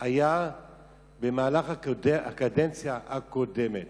היה במהלך הקדנציה הקודמת,